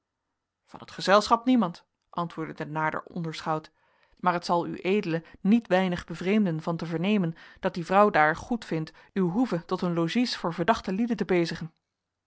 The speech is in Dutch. van het gezelschap niemand antwoordde de naarder onderschout maar het zal ued niet weinig bevreemden van te vernemen dat die vrouw daar goedvindt uw hoeve tot een logies voor verdachte lieden te